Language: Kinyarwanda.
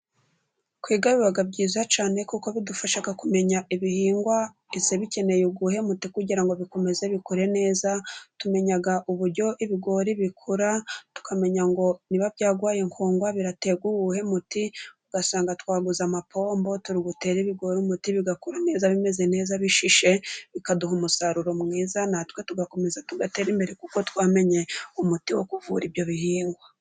Kwiga biba byiza cyane kuko bidufasha kumenya ibihingwa bikeneye uwuhe muti kugira ngo bikomeze bikure neza, tumenya uburyo ibigori bikura, tukamenya ngo niba byagwaye nkongwa biraterwa uwuhe muti, ugasanga twaguze amapombo turi gutera ibigori umuti bigakura neza bimeze neza bishishe, bikaduha umusaruro mwiza natwe tugakomeza tugatere imbere kuko twamenye umuti wo kuvura ibyo bihingwa.